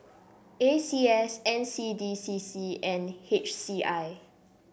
A C S N C D C C and H C I